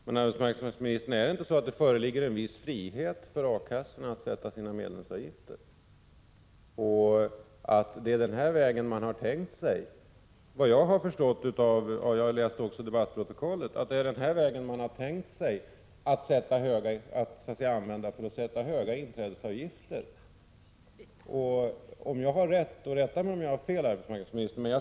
Fru talman! Föreligger det inte en viss frihet för A-kassorna att sätta sina medlemsavgifter? Jag har av debattprotokollet fått den uppfattningen att det är den vägen man har tänkt sig att gå för att sätta höga inträdesavgifter. Jag tror faktiskt att det förhåller sig så här — rätta mig om jag har fel, arbetsmarknadsministern.